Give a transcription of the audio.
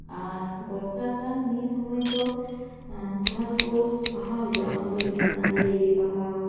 ᱟᱨ ᱵᱚᱨᱥᱟ ᱠᱟᱞ ᱱᱤᱭᱟᱹ ᱥᱩᱢᱟᱹᱭ ᱫᱚ ᱡᱟᱦᱟᱸ ᱠᱚ ᱵᱟᱦᱟ ᱦᱩᱭᱩᱜᱼᱟ ᱚᱱᱟ ᱫᱚ ᱦᱩᱭᱩᱜ ᱠᱟᱱᱟ ᱞᱤᱞᱤ ᱵᱟᱦᱟ